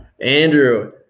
andrew